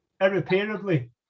irreparably